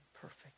perfect